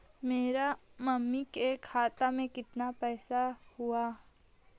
मेरा मामी के खाता में कितना पैसा हेउ?